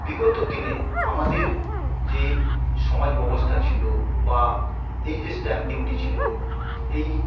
বিগত দিনে আমাদের যে সমাজব্যবস্থা ছিলো বা এই যে স্ট্যাম্প ডিউটি ছিলো এই